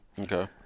Okay